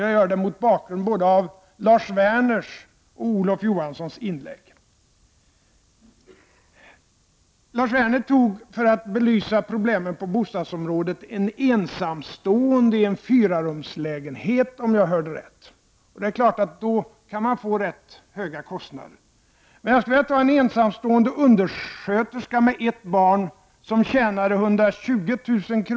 Jag gör det mot bakgrund både av Lars Werners och av Olof Johanssons inlägg. Lars Werner tog som exempel för att belysa problemen på bostadsområdet en ensamstående i en fyrarumslägenhet, om jag hörde rätt. Det är klart att en sådan situation kan ge rätt höga kostnader. Jag skulle vilja ta som exempel en ensamstående undersköterska med ett barn. Hon tjänade 120000 kr.